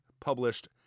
published